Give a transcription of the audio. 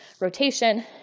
rotation